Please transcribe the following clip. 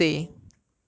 kai jun lor